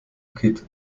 kid